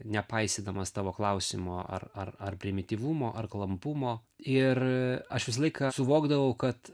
nepaisydamas tavo klausimo ar ar ar primityvumo ar klampumo ir aš visą laiką suvokdavau kad